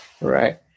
Right